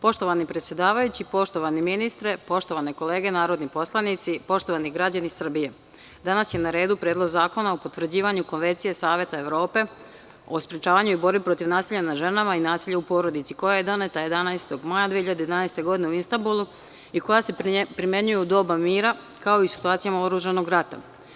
Poštovani predsedavajući, poštovani ministre, poštovane kolege narodni poslanici, poštovani građani Srbije, danas je na redu Predlog zakona o potvrđivanju Konvencije Saveta Evrope o sprečavanju i borbi protiv nasilja nad ženama i nasilja u porodici, koja je doneta 11. maja 2012. godine u Istanbulu i koja se primenjuje u doba mira, kao i u situacijama oružanog rata.